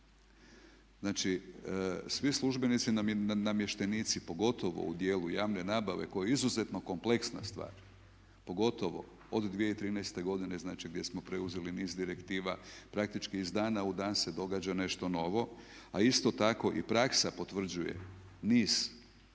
Znači, svi službenici namještenici pogotovo u dijelu javne nabave koja je izuzetno kompleksna stvar pogotovo od 2013. godine, znači gdje smo preuzeli niz direktiva praktički iz dana u dan se događa nešto novo, a isto tako i praksa potvrđuje niz novih